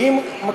ואם,